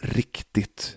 riktigt